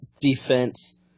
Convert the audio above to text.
defense